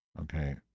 okay